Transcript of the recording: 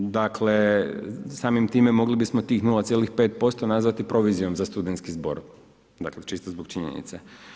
Dakle samim time mogli bismo tih 0,5% nazvati provizijom za Studentski zbog dakle čisto zbog činjenice.